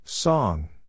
Song